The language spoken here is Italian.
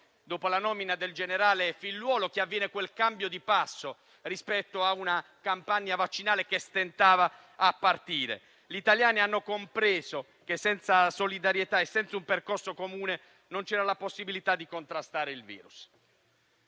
dopo la nomina del generale Figliuolo, che è avvenuto quel cambio di passo rispetto a una campagna vaccinale che stentava a partire. Gli italiani hanno compreso che senza solidarietà e senza un percorso comune non c'era la possibilità di contrastare il virus.